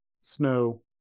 snow